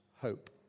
hope